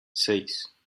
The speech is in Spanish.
seis